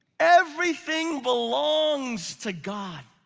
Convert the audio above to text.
everything belongs to god.